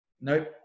Nope